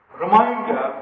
reminder